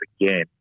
again